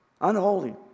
unholy